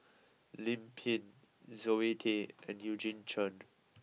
Lim Pin Zoe Tay and Eugene Chen